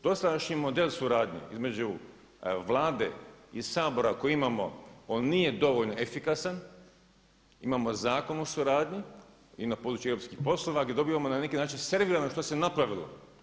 Dosadašnji model suradnje između Vlade i Sabora koji imamo on nije dovoljno efikasan, imamo zakon o suradnji i na području europskih poslova gdje dobivamo na neki način servirano što se napravilo.